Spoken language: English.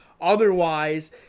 Otherwise